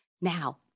Now